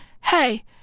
hey